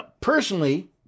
Personally